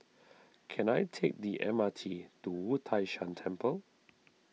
can I take the M R T to Wu Tai Shan Temple